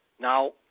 Now